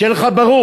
שיהיה לך ברור.